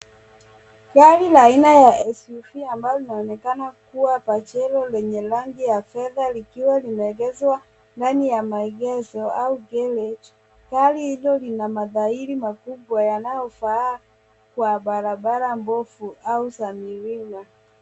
Gari la aina ya SUV ambalo linaonekana kuwa Pajero lenye rangi ya fedha likiwa limeegezwa ndani ya maegezo au garage . Gari hilo lina matairi makubwa yanayofaa kwa barabara mbovu au za milimani.